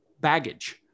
baggage